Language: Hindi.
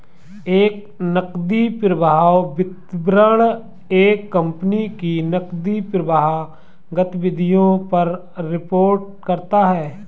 एक नकदी प्रवाह विवरण एक कंपनी की नकदी प्रवाह गतिविधियों पर रिपोर्ट करता हैं